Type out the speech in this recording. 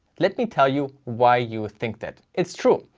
let me tell you why you think that. it's true,